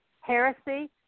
heresy